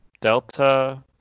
Delta